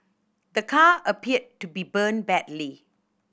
the car appeared to be burnt badly